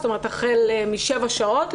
זאת אומרת החל משבע שעות,